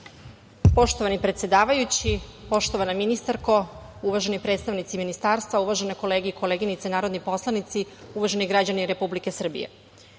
Poštovani predsedavajući, poštovana ministarko, uvaženi predstavnici ministarstva, uvažene kolege i koleginice narodni poslanici, uvaženi građani Republike Srbije,